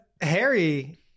Harry